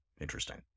Interesting